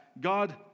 God